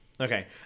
Okay